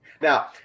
Now